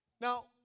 Now